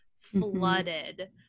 flooded